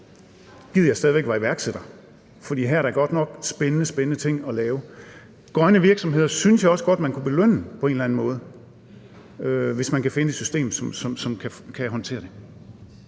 Gid jeg stadig væk var iværksætter, for her er der godt nok spændende, spændende ting at lave. Grønne virksomheder synes jeg også godt man kunne belønne på en eller anden måde, hvis man kan finde et system, som kan håndtere det.